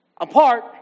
apart